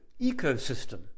ecosystem